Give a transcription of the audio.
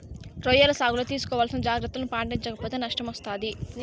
రొయ్యల సాగులో తీసుకోవాల్సిన జాగ్రత్తలను పాటించక పోతే నష్టం వస్తాది